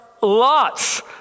lots